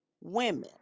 women